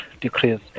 decrease